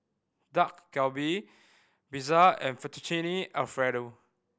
Dak Galbi Pizza and Fettuccine Alfredo